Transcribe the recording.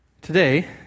Today